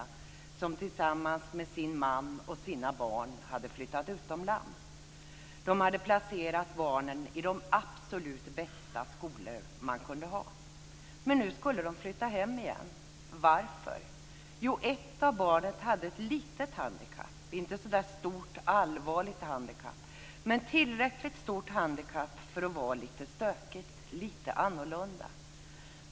Hon hade tillsammans med sin man och sina barn flyttat utomlands. De hade placerat barnen i de absolut bästa skolor som man kunde få. Men nu skulle de flytta hem igen. Varför? Jo, ett av barnen hade ett litet handikapp. Det var inget stort, allvarligt handikapp - men tillräckligt stort för att barnet skulle vara lite stökigt och lite annorlunda.